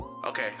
Okay